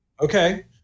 Okay